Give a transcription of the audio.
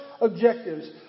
objectives